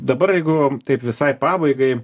dabar jeigu taip visai pabaigai